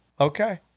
Okay